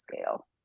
scale